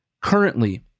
Currently